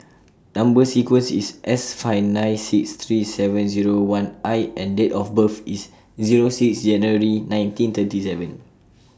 Number sequence IS S five nine six three seven Zero one I and Date of birth IS Zero six January nineteen thirty seven